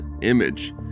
image